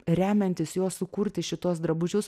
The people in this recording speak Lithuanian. remiantis juo sukurti šituos drabužius